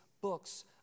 books